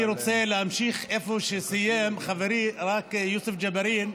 אני רוצה להמשיך איפה שסיים חברי יוסף ג'בארין,